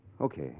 Okay